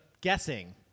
guessing